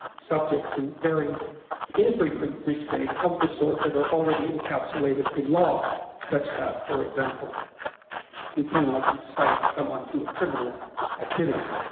subject to very infrequent restrains of the sort that are already encapsulated in law. such that, for example you cannot incite someone to criminal activity.